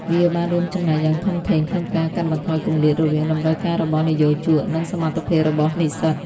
វាបានរួមចំណែកយ៉ាងធំធេងក្នុងការកាត់បន្ថយគម្លាតរវាងតម្រូវការរបស់និយោជក និងសមត្ថភាពរបស់និស្សិត។